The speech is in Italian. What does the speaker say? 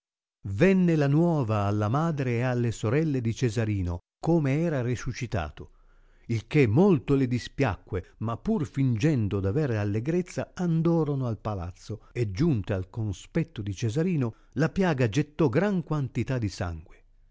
venne la nuova alla madre e alle sorelle di cesarino come era risuscitato il che molto le dispiacque ma pur fingendo d aver allegrezza andorono al palazzo e giunte al conspetto di cesarino la piaga gettò gran quantità di sangue